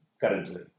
currently